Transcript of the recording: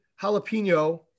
jalapeno